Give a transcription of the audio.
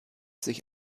sich